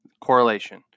Correlation